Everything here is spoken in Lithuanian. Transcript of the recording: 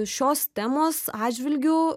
šios temos atžvilgiu